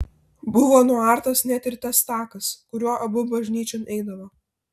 buvo nuartas net ir tas takas kuriuo abu bažnyčion eidavo